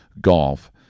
golf